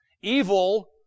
Evil